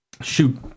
shoot